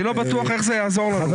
אני לא בטוח איך זה יעזור לנו,